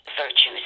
virtues